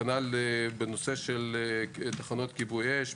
כנ"ל בנושא של תחנות כיבוי אש,